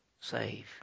save